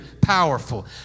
powerful